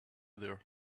there